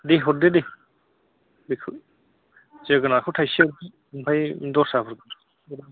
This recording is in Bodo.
दे हरदो दे बेखौ जोगोनारखौ थाइसे हरदो आमफ्राय दसराफोरखौ